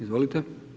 Izvolite.